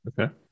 Okay